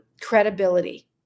credibility